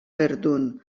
verdun